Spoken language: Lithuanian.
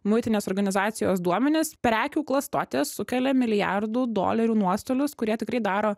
muitinės organizacijos duomenis prekių klastotės sukelia milijardų dolerių nuostolius kurie tikrai daro